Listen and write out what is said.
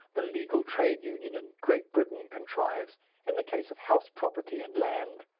the legal trade union in great britain contrives in the case of house property and land.